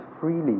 freely